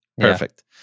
perfect